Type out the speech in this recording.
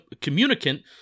communicant